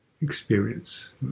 experience